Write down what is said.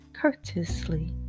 courteously